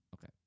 Okay